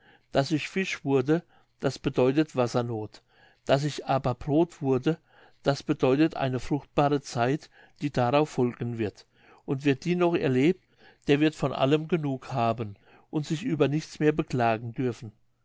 daß ich fisch wurde das bedeutet wassersnoth daß ich aber brod wurde das bedeutet eine fruchtbare zeit die darauf folgen wird und wer die noch erlebt der wird von allem genug haben und sich über nichts mehr beklagen dürfen